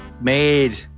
made